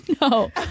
No